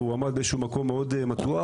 והוא עמד באיזה שהוא מקום מאוד מתוח.